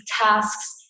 tasks